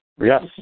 Yes